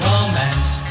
Romance